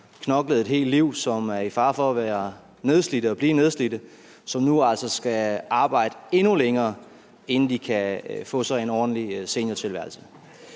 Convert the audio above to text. knoklet et helt liv, som er i fare for at være nedslidte og blive nedslidte, som nu altså skal arbejde endnu længere, inden de kan få sig en ordentlig seniortilværelse.